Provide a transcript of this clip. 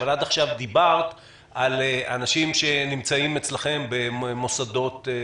אבל עד עכשיו דיברת על אנשים שנמצאים אצלכם במוסדות.